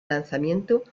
lanzamiento